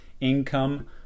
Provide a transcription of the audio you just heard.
Income